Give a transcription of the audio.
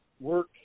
work